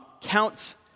counts